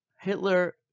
Hitler